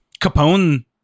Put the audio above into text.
Capone